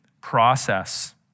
process